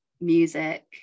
music